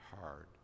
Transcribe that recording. hard